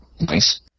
Nice